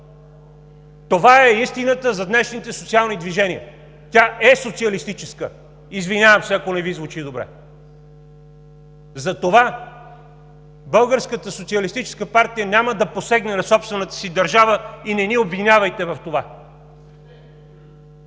Това е истината за днешните социални движения. Тя е социалистическа. Извинявам се, ако не Ви звучи добре. Затова Българската социалистическа партия няма да посегне на собствената си държава и не ни обвинявайте в това!